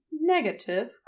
negative